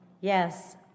Yes